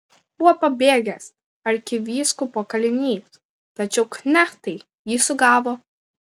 buvo pabėgęs arkivyskupo kalinys tačiau knechtai jį sugavo